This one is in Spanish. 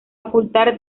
ocultar